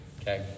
okay